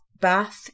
bath